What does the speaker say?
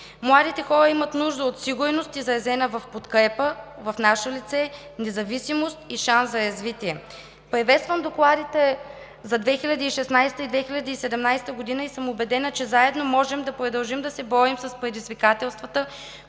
Младите хора имат нужда от сигурност, изразена в подкрепата в наше лице, независимост и шанс за развитие. Приветствам докладите за 2016 г. и 2017 г. Убедена съм, че заедно можем да продължим да се борим с предизвикателствата,